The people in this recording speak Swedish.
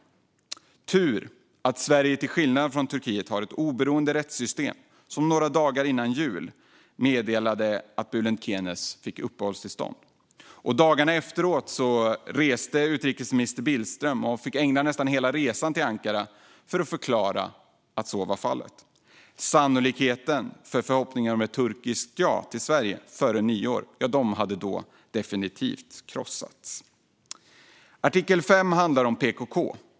Det är tur att Sverige, till skillnad från Turkiet, har ett oberoende rättssystem, för några dagar innan jul fick Bülent Kenes uppehållstillstånd. Dagarna efteråt fick utrikesminister Billström ägna nästan hela sin resa till Ankara åt att förklara att så var fallet. Förhoppningarna om ett turkiskt ja till Sverige före nyår hade då definitivt krossats. Artikel 5 handlar om PKK.